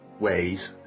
ways